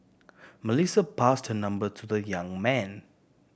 Melissa passed her number to the young man